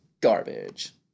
garbage